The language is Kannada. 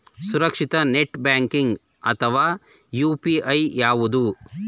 ಸುರಕ್ಷಿತ ನೆಟ್ ಬ್ಯಾಂಕಿಂಗ್ ಅಥವಾ ಯು.ಪಿ.ಐ ಯಾವುದು?